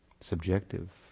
Subjective